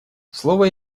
слово